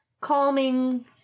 calming